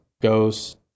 goes